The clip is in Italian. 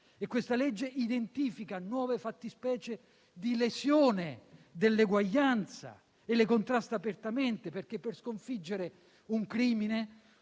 Questa legge identifica nuove fattispecie di lesione dell'uguaglianza e le contrasta apertamente, perché per sconfiggere un crimine,